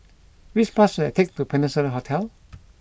which bus should I take to Peninsula Hotel